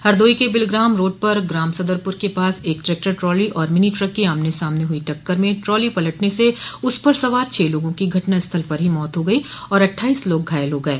हरदोई के बिलग्राम रोड पर ग्राम सदरपुर के पास एक ट्रैक्टर ट्राली और मिनी ट्रक की आमने सामने हुई टक्कर में ट्राली पलटने से उस पर सवार छह लोगों की घटनास्थल पर ही मौत हो गई और अट्ठाईस लोग घायल हो गये